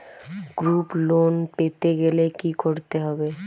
Group loan পেতে গেলে কি করতে হবে?